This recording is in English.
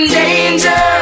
danger